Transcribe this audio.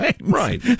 Right